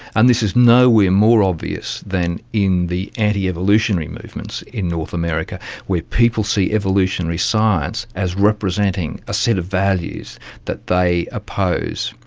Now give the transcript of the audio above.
and this is nowhere more obvious than in the anti-evolutionary movements in north america where people see evolutionary science as representing a set of values that they oppose.